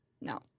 No